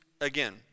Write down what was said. again